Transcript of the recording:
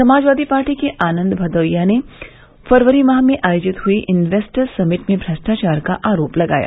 Samajwadi Party के आनंद भदौरियाने फरवरी माह में आयोजित हई इन्वेस्टर समिट में भ्रष्टाचार का आरोप लगाया